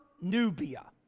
Nubia